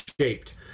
shaped